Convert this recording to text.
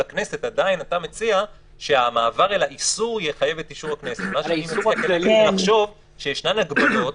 אבל יש מצבים שאם יש לי עכשיו בית עסק ואני רואה שם שרשור של תחלואה